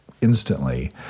instantly